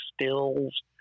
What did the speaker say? stills